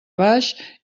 baix